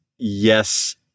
Yes